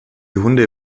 hunde